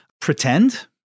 pretend